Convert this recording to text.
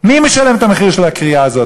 מי משלם את המחיר של הקריעה הזאת,